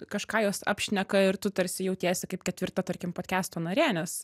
kažką jos apšneka ir tu tarsi jautiesi kaip ketvirta tarkim podkesto narė nes